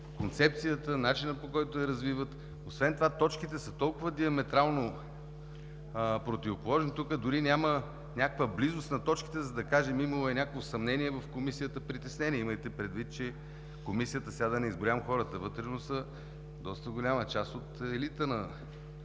концепцията, начинът, по който я развиват. Освен това точките са толкова диаметрално противоположни – тук дори няма някаква близост на точките, за да кажем: имало е някакво съмнение в Комисията, притеснение. Имайте предвид, че Комисията – сега да не изброявам хората вътре, но са доста голяма част от елита на